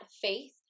faith